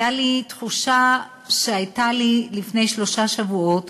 הייתה לי התחושה שהייתה לי לפני שלושה שבועות